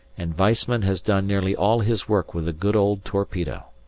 and weissman has done nearly all his work with the good old torpedo.